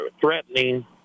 threatening